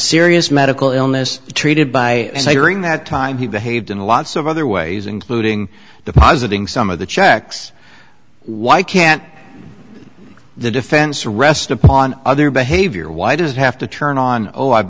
serious medical illness treated by a ring that time he behaved in lots of other ways including the positing some of the checks why can't the defense rests upon other behavior why does it have to turn on oh i've